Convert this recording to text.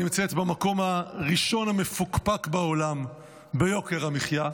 היא במקום הראשון המפוקפק בעולם ביוקר המחיה,